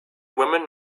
women